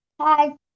Hi